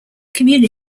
community